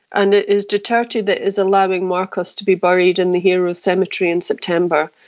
and it is duterte that is allowing marcos to be buried in the heroes cemetery in september.